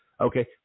okay